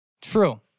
True